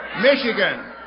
Michigan